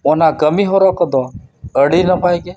ᱚᱱᱟ ᱠᱟᱹᱢᱤ ᱦᱚᱨᱟ ᱠᱚᱫᱚ ᱟᱹᱰᱤ ᱱᱟᱯᱟᱭ ᱜᱮ